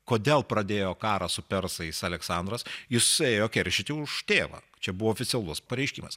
kodėl pradėjo karą su persais aleksandras jis ėjo keršyti už tėvą čia buvo oficialus pareiškimas